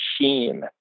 machine